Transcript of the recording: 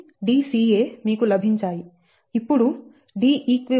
DabDbcDca మీకు లభించాయి